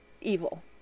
evil